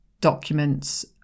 documents